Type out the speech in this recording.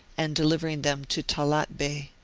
and delivering them to talaat bey.